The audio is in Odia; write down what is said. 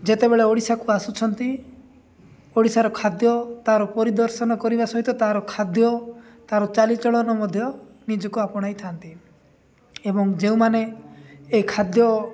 ଯେତେବେଳେ ଓଡ଼ିଶାକୁ ଆସୁଛନ୍ତି ଓଡ଼ିଶାର ଖାଦ୍ୟ ତା'ର ପରିଦର୍ଶନ କରିବା ସହିତ ତା'ର ଖାଦ୍ୟ ତା'ର ଚାଲିଚଳନ ମଧ୍ୟ ନିଜକୁ ଆପଣାଇଥାନ୍ତି ଏବଂ ଯେଉଁମାନେ ଏ ଖାଦ୍ୟ